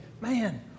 man